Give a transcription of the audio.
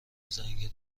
زنگ